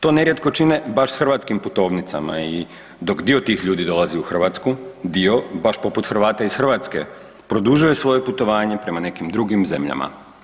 To nerijetko čine baš s hrvatskim putovnicama i dok dio tih ljudi dolazi u Hrvatsku, dio baš poput Hrvata iz Hrvatske, produžuje svoje putovanje prema nekim drugim zemljama.